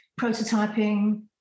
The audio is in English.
prototyping